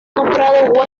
nombrado